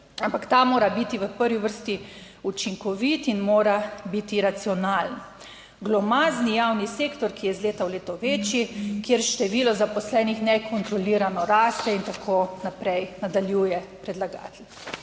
ampak ta mora biti v prvi vrsti učinkovit in mora biti racionalen. Glomazni javni sektor, ki je iz leta v leto večji, kjer število zaposlenih nekontrolirano raste in tako naprej, nadaljuje predlagatelj.